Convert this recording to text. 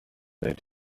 made